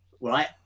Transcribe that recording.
Right